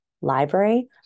library